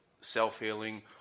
self-healing